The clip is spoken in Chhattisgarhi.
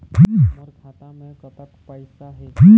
मोर खाता मे कतक पैसा हे?